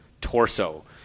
torso